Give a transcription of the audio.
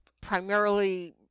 primarily